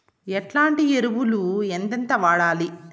ఎట్లాంటి ఎరువులు ఎంతెంత వాడాలి?